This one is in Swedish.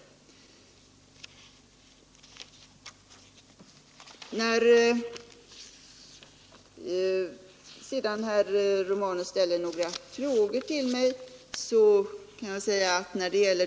Herr Romanus ställde några frågor till mig.